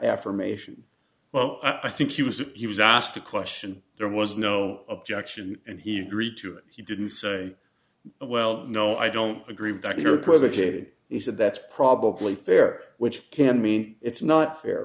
affirmation well i think he was he was asked a question there was no objection and he agreed to it he didn't say well no i don't agree with your equivocated he said that's probably fair which can mean it's not fair